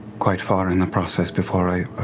quite far in the process before i